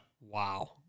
Wow